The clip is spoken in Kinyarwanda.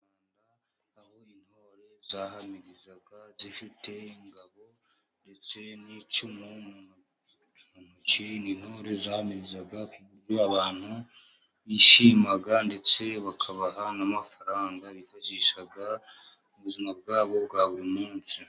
Aho intore zahamirizaga zifite ingabo ndetse n'icumu mu ntoki. Ni intore zahamirizaga ku buryo abantu bishimaga ndetse bakabaha n'amafaranga, bifashishaga mu buzima bwabo bwa buri munsi.